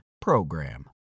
PROGRAM